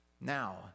now